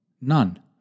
None